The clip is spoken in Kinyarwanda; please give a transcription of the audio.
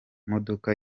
modoka